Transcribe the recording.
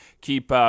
keep